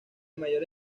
mayor